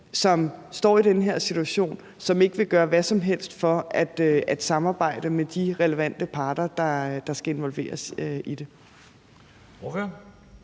som står i den her situation, som ikke vil gøre hvad som helst for at samarbejde med de relevante parter, der skal involveres i det.